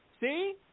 See